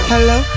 Hello